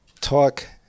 talk